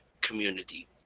community